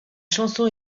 chanson